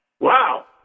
Wow